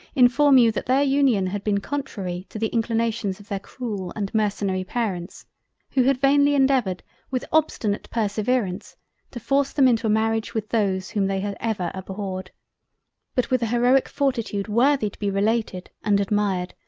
inform you that their union had been contrary to the inclinations of their cruel and mercenery parents who had vainly endeavoured with obstinate perseverance to force them into a marriage with those whom they had ever abhorred but with a heroic fortitude worthy to be related and admired,